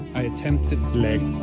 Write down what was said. i attempted to.